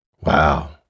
Wow